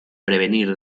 prevenir